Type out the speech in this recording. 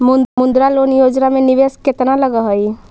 मुद्रा लोन योजना में निवेश केतना लग हइ?